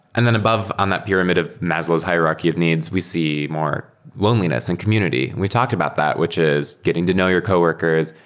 and then above on the pyramid of maslow's hierarchy of needs, we see more loneliness in community. we talked about that, which is getting to know your coworkers,